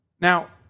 Now